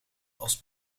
als